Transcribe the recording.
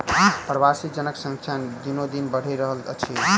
प्रवासी जनक संख्या दिनोदिन बढ़ि रहल अछि